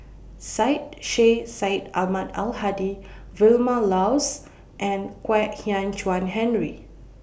Syed Sheikh Syed Ahmad Al Hadi Vilma Laus and Kwek Hian Chuan Henry